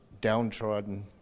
downtrodden